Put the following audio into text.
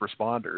responders